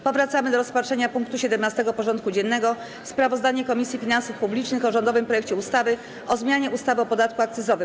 Powracamy do rozpatrzenia punktu 17. porządku dziennego: Sprawozdanie Komisji Finansów Publicznych o rządowym projekcie ustawy o zmianie ustawy o podatku akcyzowym.